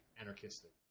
anarchistic